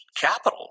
capital